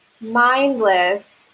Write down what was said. mindless